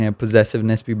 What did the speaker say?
possessiveness